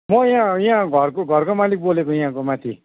म यहाँ यहाँ घरको घरको मालिक बोलेको यहाँको माथि